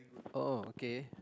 oh okay